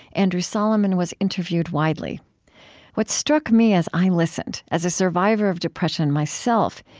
andrew solomon was interviewed widely what struck me as i listened, as a survivor of depression myself,